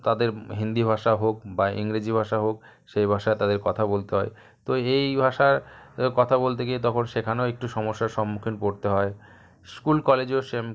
তাদের হিন্দি ভাষা হোক বা ইংরেজি ভাষা হোক সেই ভাষায় তাদের কথা বলতে হয় তো এই ভাষা কথা বলতে গিয়ে তখন সেখানেও একটু সমস্যার সম্মুখীন পড়তে হয় স্কুল কলেজেও সেম